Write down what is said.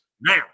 Now